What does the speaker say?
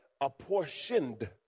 Apportioned